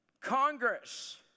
Congress